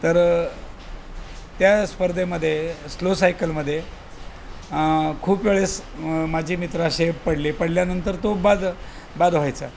तर त्या स्पर्धेमध्ये स्लो सायकलमध्ये खूप वेळेस माझी मित्र असे पडले पडल्यानंतर तो बाद बाद व्हायचा